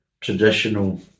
traditional